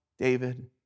David